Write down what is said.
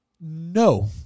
No